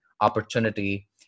opportunity